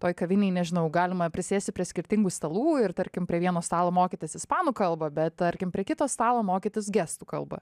toj kavinėj nežinau galima prisėsti prie skirtingų stalų ir tarkim prie vieno stalo mokytis ispanų kalbą bet tarkim prie kito stalo mokytis gestų kalbą